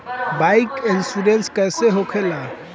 Bike insurance कैसे होखे ला?